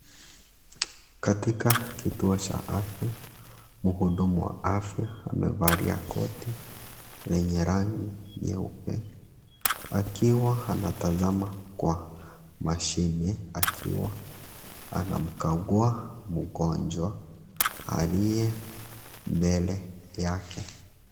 Katika kituo cha afya. Mhudumu wa afya amevalia koti lenye rangi nyeupa. Akiwa anatazama kwa mashine, akiwa anamkagua mgonjwa aliye mbele yake.